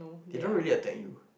they don't really attack you